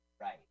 Right